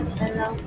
hello